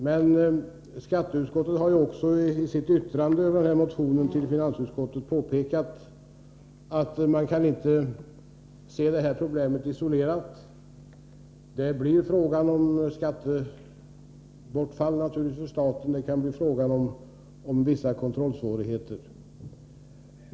Men i sitt yttrande till finansutskottet över motionen har skatteutskottet påpekat att man inte kan se detta problem isolerat: det blir fråga om ett skattebortfall för staten, och det kan bli fråga om vissa kontrollsvårigheter.